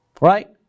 right